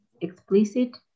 explicit